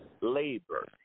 labor